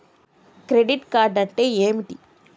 Credit card అంటే ఏమిటి?